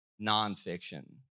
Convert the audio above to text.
Nonfiction